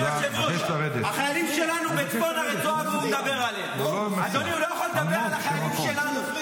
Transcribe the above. מי שצהלו ורקדו על דמם של חפים מפשע